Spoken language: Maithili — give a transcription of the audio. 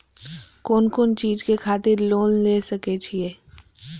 कोन कोन चीज के खातिर लोन ले सके छिए?